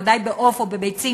בוודאי בעוף או בביצים,